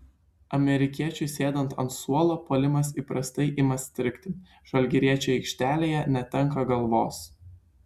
amerikiečiui sėdant ant suolo puolimas įprastai ima strigti žalgiriečiai aikštelėje netenka galvos